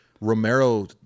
Romero